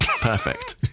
Perfect